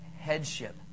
headship